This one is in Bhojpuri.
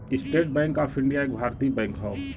स्टेट बैंक ऑफ इण्डिया एक भारतीय बैंक हौ